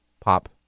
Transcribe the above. pop